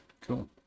Cool